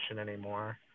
anymore